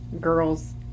girls